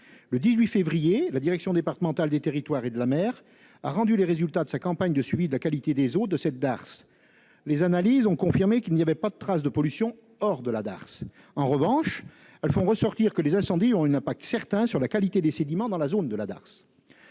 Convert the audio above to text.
Le 18 février dernier, la direction départementale des territoires et de la mer (DDTM) a rendu les résultats de sa campagne de suivi de la qualité des eaux de cette darse. Les analyses ont confirmé qu'il n'y avait pas de trace de pollution hors de la darse. En revanche, elles font ressortir que l'incendie a eu une incidence certaine sur la qualité des sédiments dans la zone de la darse.